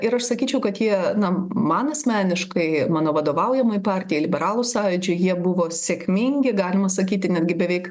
ir aš sakyčiau kad jie na man asmeniškai mano vadovaujamai partijai liberalų sąjūdžiui jie buvo sėkmingi galima sakyti netgi beveik